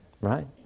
Right